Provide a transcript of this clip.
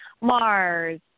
Mars